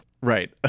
right